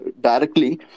directly